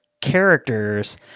characters